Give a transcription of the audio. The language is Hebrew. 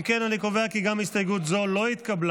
אם כן, אני קובע כי גם הסתייגות זו לא התקבלה.